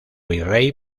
virrey